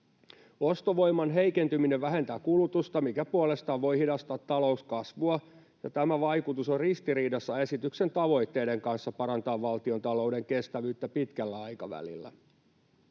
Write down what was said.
Ostovoiman heikentyminen vähentää kulutusta, mikä puolestaan voi hidastaa talouskasvua, ja tämä vaikutus on ristiriidassa esityksen tavoitteiden kanssa parantaa valtiontalouden kestävyyttä pitkällä aikavälillä.